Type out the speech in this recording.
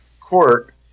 Court